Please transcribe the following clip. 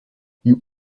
you